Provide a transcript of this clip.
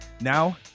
Now